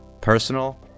personal